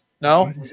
No